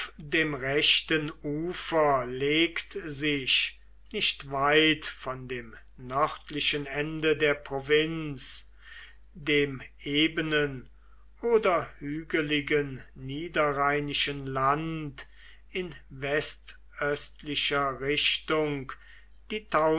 dem rechten ufer legt sich nicht weit von dem nördlichen ende der provinz dem ebenen oder hügeligen niederrheinischen land in westöstlicher richtung die